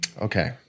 Okay